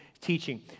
teaching